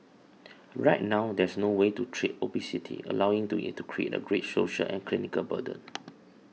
right now there's no way to treat obesity allowing it to create a great social and clinical burden